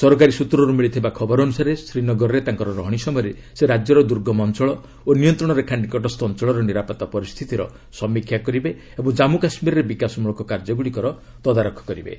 ସରକାରୀ ସ୍ନତ୍ରରୁ ମିଳିଥିବା ଖବର ଅନୁସାରେ ଶ୍ରୀନଗରରେ ତାଙ୍କର ରହଣୀ ସମୟରେ ସେ ରାଜ୍ୟର ଦୂର୍ଗମ ଅଞ୍ଚଳ ଓ ନିୟନ୍ତ୍ରଣ ରେଖା ନିକଟସ୍ଥ ଅଞ୍ଚଳର ନିରାପତ୍ତା ପରିସ୍ଥିତିର ସମୀକ୍ଷା କରିବେ ଓ ଜାଞ୍ଗୁ କାଶ୍ମୀରରେ ବିକାଶ ମୂଳକ କାର୍ଯ୍ୟଗୁଡ଼ିକର ତଦାରଖ କରିବେ